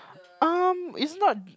um it's not